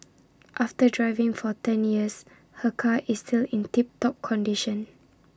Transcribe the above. after driving for ten years her car is still in tip top condition